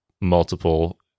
multiple